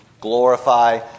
glorify